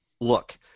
look